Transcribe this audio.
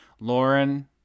lauren